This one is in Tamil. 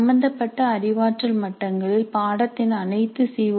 சம்பந்தப்பட்ட அறிவாற்றல் மட்டங்களில் பாடத்தின் அனைத்து சி